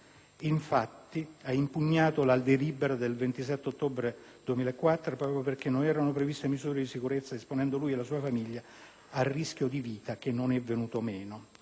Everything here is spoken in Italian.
egli ha impugnato la delibera del 27 ottobre 2004 proprio perché non erano previste misure di sicurezza, esponendo lui e la sua famiglia a rischio di vita, che non è venuto meno.